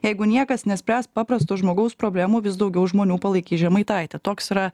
jeigu niekas nespręs paprasto žmogaus problemų vis daugiau žmonių palaikys žemaitaitį toks yra